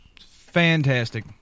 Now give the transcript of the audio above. Fantastic